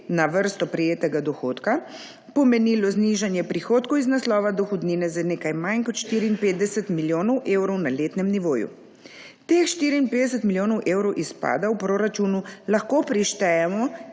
na vrsto prejetega dohodka, pomenila znižanje prihodkov iz naslova dohodnine za nekaj manj kot 54 milijonov evrov na letnem nivoju. Teh 54 milijonov evrov izpada v proračunu lahko prištejemo